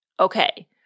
Okay